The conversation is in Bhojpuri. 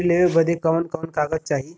ऋण लेवे बदे कवन कवन कागज चाही?